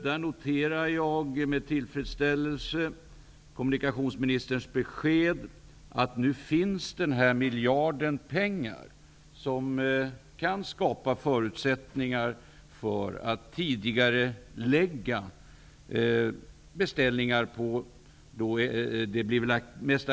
Jag noterar med tillfredsställelse kommunikationsministerns besked att den miljard nu finns som kan skapa förutsättningar för att tidigarelägga beställningar av snabbtåget X 2000.